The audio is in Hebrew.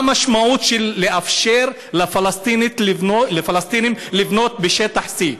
מה המשמעות של לאפשר לפלסטינים לבנות בשטח C?